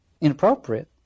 inappropriate